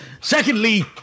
Secondly